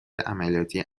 عملیاتی